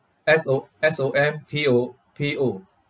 S O S O M P O P O